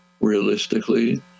realistically